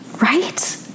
right